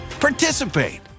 participate